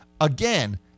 Again